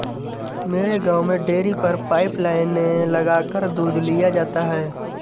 मेरे गांव में डेरी पर पाइप लाइने लगाकर दूध लिया जाता है